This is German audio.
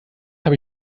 habe